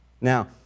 Now